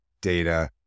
data